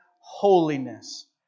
holiness